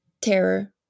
Terror